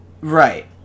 right